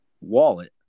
wallet